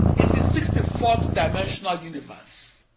in the sixty-fourth dimensional universe,